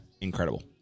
incredible